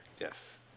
Yes